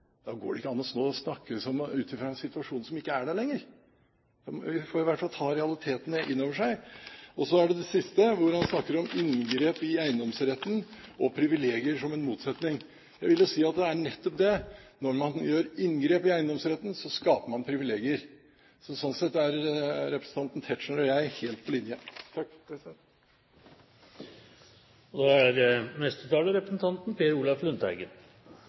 Da går det ikke an å stå og snakke ut fra en situasjon som ikke er der lenger. Man må i hvert fall ta realitetene inn over seg. Og så til det siste, hvor han snakker om inngrep i eiendomsretten og privilegier som en motsetning: Jeg vil jo si at det er nettopp det: Når man gjør inngrep i eiendomsretten, skaper man privilegier. Sånn sett er representanten Tetzschner og jeg helt på linje. I de to foregående innlegg var stikkordene markedsverdier og